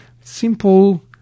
simple